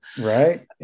Right